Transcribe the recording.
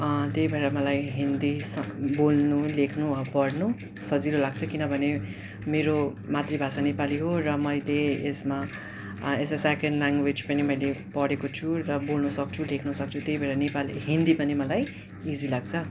त्यही भएर मलाई हिन्दी स बोल्नु लेख्नु पढ्नु सजिलो लाग्छ किनभने मेरो मातृभाषा नेपाली हो र मैले यसमा एज अ सेकेन्ड ल्याङ्ग्वेज पनि मैले पढेको छु र बोल्न सक्छु लेख्न सक्छु त्यही भएर नेपाली हिन्दी पनि मलाई इजी लाग्छ